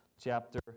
chapter